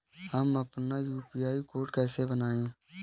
हम अपना UPI code कैसे बनाएँ?